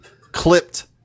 clipped